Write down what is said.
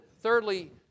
thirdly